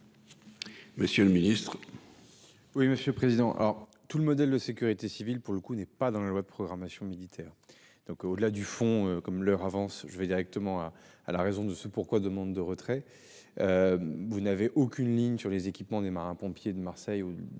Monsieur le ministre,